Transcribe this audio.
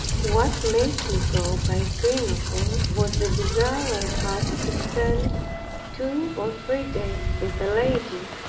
what made me go by grenoble was the desire i had to spend two or three days with a lady,